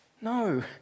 No